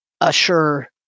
assure